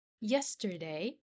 Yesterday